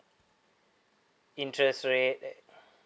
interest rate